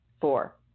Four